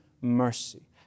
mercy